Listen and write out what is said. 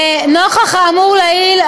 נוכח האמור לעיל,